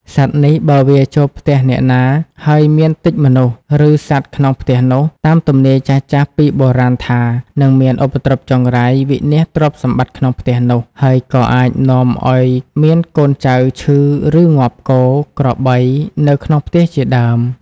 សត្វនេះ បើវាចូលផ្ទះអ្នកណា ហើយមានទិចមនុស្ស ឬសត្វក្នុងផ្ទះនោះ តាមទំនាយចាស់ៗពីបុរាណថា នឹងមានឧបទ្រព្យចង្រៃ វិនាសទ្រព្យសម្បត្តិក្នុងផ្ទះនោះ ហើយក៏អាចនាំឲ្យមានកូនចៅឈឺ ឬងាប់គោ ក្របីនៅក្នុងផ្ទះជាដើម។